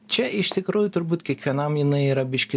čia iš tikrųjų turbūt kiekvienam jinai yra biškį